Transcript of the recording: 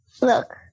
look